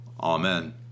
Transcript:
Amen